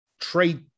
trade